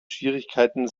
schwierigkeiten